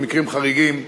במקרים חריגים,